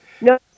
No